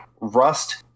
rust